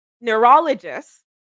neurologists